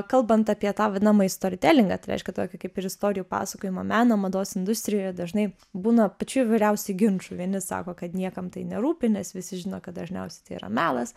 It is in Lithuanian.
kalbant apie tą vadinamąjį storytelingą tai reiškia tokį kaip ir istorijų pasakojimo meną mados industrijoje dažnai būna pačių įvairiausių ginčų vieni sako kad niekam tai nerūpi nes visi žino kad dažniausiai tai yra melas